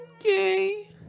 Okay